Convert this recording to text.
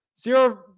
Zero